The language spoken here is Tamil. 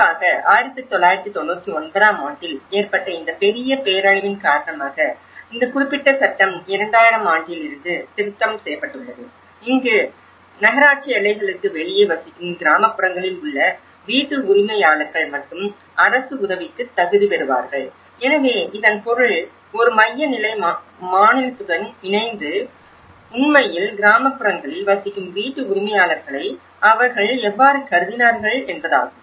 குறிப்பாக 1999 ஆம் ஆண்டில் ஏற்பட்ட இந்த பெரிய பேரழிவின் காரணமாக இந்த குறிப்பிட்ட சட்டம் 2000 ஆம் ஆண்டில் திருத்தம் செய்யப்பட்டுள்ளது இங்கு நகராட்சி எல்லைகளுக்கு வெளியே வசிக்கும் கிராமப்புறங்களில் உள்ள வீட்டு உரிமையாளர்கள் மட்டுமே அரச உதவிக்கு தகுதி பெறுவார்கள் எனவே இதன் பொருள் ஒரு மைய நிலை மாநிலத்துடன் இணைந்து உண்மையில் கிராமப்புறங்களில் வசிக்கும் வீட்டு உரிமையாளர்களை அவர்கள் எவ்வாறு கருதினார்கள் என்பதாகும்